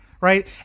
right